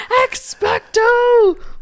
expecto